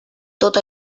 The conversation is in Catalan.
tot